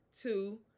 Two